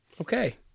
Okay